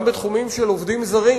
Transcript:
גם בתחומים של עובדים זרים,